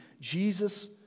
Jesus